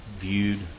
viewed